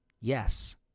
Yes